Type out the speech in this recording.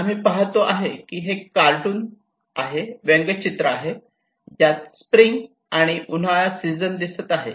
आम्ही पाहतो की हे एक कार्टून व्यंगचित्र आहे ज्यास स्प्रिंग आणि उन्हाळा सीझन दिसत आहे